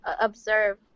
Observe